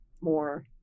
more